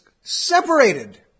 separated